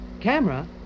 camera